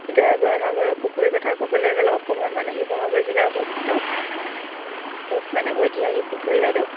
এতিয়া জয়সাগৰৰ পুখুৰী কথা ক'বলৈ গ'লে অসমৰ মানে শিৱসাগৰ জিলাৰ অৱস্থিত এক মানে ঐতিহাসিক পুখুৰী বাইদেউ